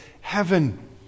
heaven